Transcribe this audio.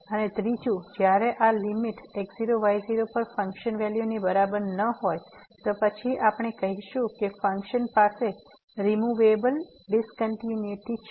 અને ત્રીજુ જ્યારે આ લીમીટ x0y0 પર ફંકશન વેલ્યુ ની બરાબર ન હોય તો પછી આપણે કહીશું કે ફંક્શન પાસે રીમુવેબલ ડીસકંટીન્યુટી છે